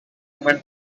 women